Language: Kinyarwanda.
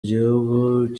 igihugu